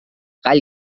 gall